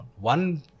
One